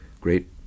great